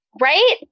Right